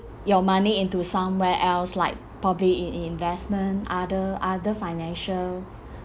your money into somewhere else like probably in investment other other financial